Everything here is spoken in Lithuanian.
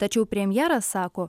tačiau premjeras sako